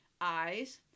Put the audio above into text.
eyes